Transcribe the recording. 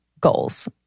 goals